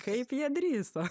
kaip jie drįso